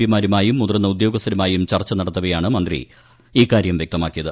P മാരുമായും മുതിർന്ന ഉദ്യോഗസ്ഥരുമായും ചർച്ച നടത്തവെയാണ് മന്ത്രി ഇക്കാര്യം വ്യക്തമാക്കിയത്